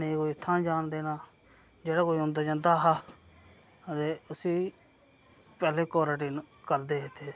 नेईं कोई इत्थां जान देना जेह्ड़ा कोई औंदा जंदा हा ते उसी बी पैह्ले क्वारंटाइन करदे हे इत्थे